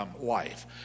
life